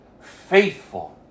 faithful